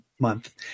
month